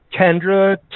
kendra